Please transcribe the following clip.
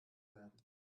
werden